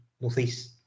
northeast